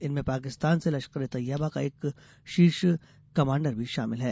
इनमें पाकिस्तांन से लश्कर ए तैयबा का एक शीर्ष कमाण्डर भी शामिल है